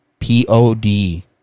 P-O-D